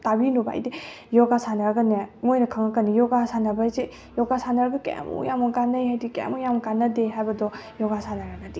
ꯇꯥꯕꯤꯅꯣꯕ ꯍꯥꯏꯗꯤ ꯌꯣꯒꯥ ꯁꯥꯟꯅꯔꯒꯅꯦ ꯃꯣꯏꯅ ꯈꯪꯉꯛꯀꯅꯤ ꯌꯣꯒꯥ ꯁꯥꯟꯅꯕ ꯍꯥꯏꯁꯦ ꯌꯣꯒꯥ ꯁꯥꯟꯅꯔꯒ ꯀꯌꯥꯃꯨꯛ ꯌꯥꯝꯅ ꯀꯥꯟꯅꯩ ꯍꯥꯏꯗꯤ ꯀꯌꯥꯃꯨꯛ ꯌꯥꯝꯅ ꯀꯥꯟꯅꯗꯦ ꯍꯥꯏꯕꯗꯣ ꯌꯣꯒꯥ ꯁꯥꯟꯅꯔꯒꯗꯤ